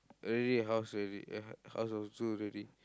really house really uh house of zoo already